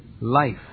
life